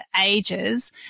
ages